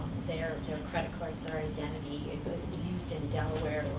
their credit cards, their identity input is used in delaware,